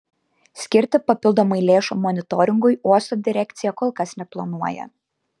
skirti papildomai lėšų monitoringui uosto direkcija kol kas neplanuoja